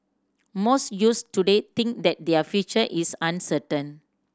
most youths today think that their future is uncertain